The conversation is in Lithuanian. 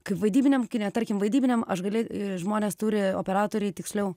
kaip vaidybiniam kine tarkim vaidybiniam aš gali žmonės turi operatoriai tiksliau